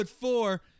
four